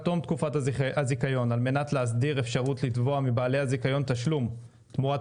תום תקופת הזיכיון על-מנת להסדיר אפשרות לתבוע מבעלי הזיכיון תשלום תמורת